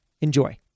Enjoy